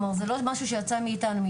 זאת לא הנחיה שיצאה מאתנו.